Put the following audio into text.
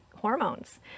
hormones